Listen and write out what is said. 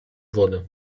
wody